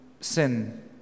sin